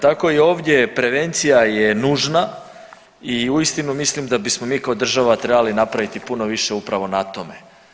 Tako i ovdje prevencija je nužna i uistinu mislim da bismo mi kao država trebali napraviti puno više upravo na tome.